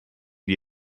die